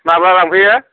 माब्ला लांफैयो